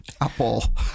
Apple